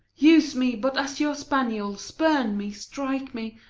use me but as your spaniel, spurn me, strike me,